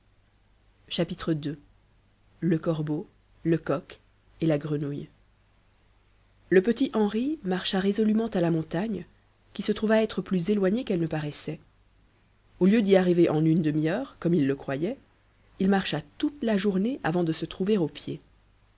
ii le corbeau le coq et la grenouille le petit henri marcha résolument à la montagne qui se trouva être plus éloignée qu'elle ne paraissait au lieu d'y arriver en une demi-heure comme il le croyait il marcha toute la journée avant de se trouver au pied